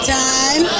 time